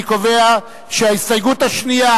אני קובע שההסתייגות השנייה,